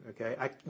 okay